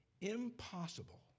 impossible